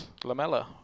Lamella